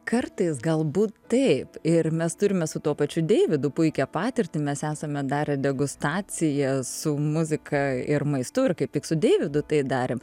kartais galbūt taip ir mes turime su tuo pačiu deividu puikią patirtį mes esame darę degustaciją su muzika ir maistu ir kaip tik su deividu tai darėm